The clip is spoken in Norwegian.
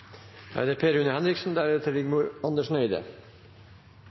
Det er forslag nr. 1, fra Rigmor Andersen Eide